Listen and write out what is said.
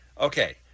okay